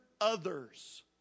others